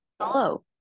Hello